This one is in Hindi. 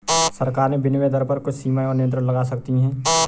सरकारें विनिमय दर पर कुछ सीमाएँ और नियंत्रण लगा सकती हैं